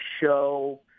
show